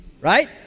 Right